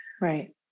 Right